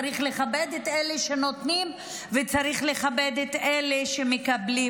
צריך לכבד את אלה שנותנים וצריך לכבד את אלה שמקבלים.